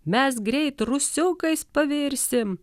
mes greit rusiukais pavirsim